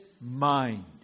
mind